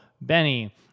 Benny